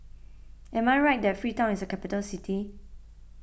am I right that Freetown is a capital city